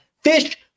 Fish